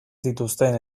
zituzten